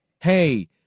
Hey